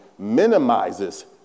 minimizes